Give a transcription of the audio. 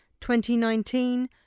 2019